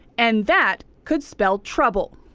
and that could spell trouble.